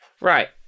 Right